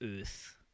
earth